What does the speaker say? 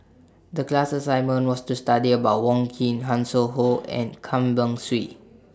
The class assignment was to study about Wong Keen Hanson Ho and Tan Beng Swee